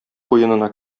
куенына